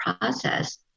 process